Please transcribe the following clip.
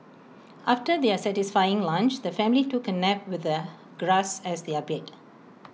after their satisfying lunch the family took A nap with the grass as their bed